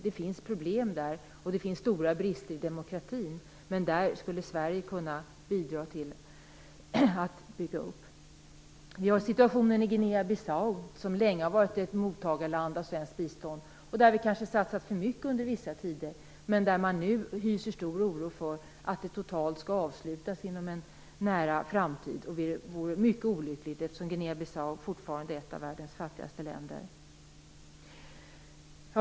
Det finns problem och det finns stora brister i demokratin, men Sverige skulle kunna bidra till uppbyggnaden. Vi har situationen i Guinea-Bissau, som länge har varit mottagare av svenskt bistånd, och där vi kanske har satsat för mycket under vissa tider. Men nu hyser man stor oro för att biståndet totalt skall avslutas inom en nära framtid. Det vore mycket olyckligt, eftersom Guinea-Bissau fortfarande är ett av världens fattigaste länder.